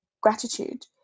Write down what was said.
gratitude